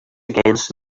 against